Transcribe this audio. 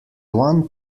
one